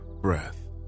breath